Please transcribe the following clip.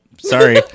sorry